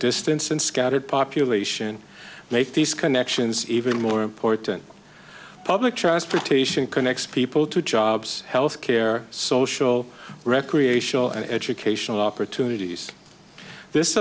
distance and scattered population make these connections even more important public transportation connects people to jobs health care social recreational and educational opportunities this